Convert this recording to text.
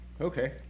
okay